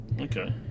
Okay